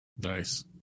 Nice